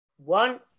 One